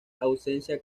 ausencia